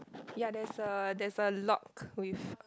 ya there's a there's a lock with